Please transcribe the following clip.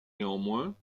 néanmoins